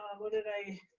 what did i